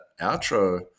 outro